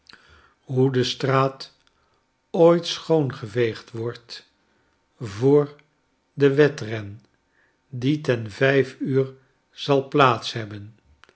hoe de straat o o i t schoongeveegd wordt voor den wedren die ten vijf uur zal plaats hebben